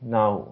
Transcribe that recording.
now